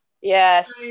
Yes